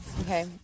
Okay